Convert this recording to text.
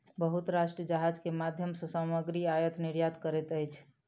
बहुत राष्ट्र जहाज के माध्यम सॅ सामग्री आयत निर्यात करैत अछि